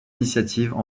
initiatives